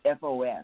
FOS